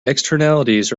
externalities